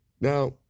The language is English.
Now